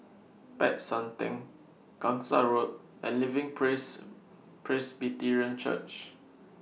Peck San Theng Gangsa Road and Living Praise Praise Presbyterian Church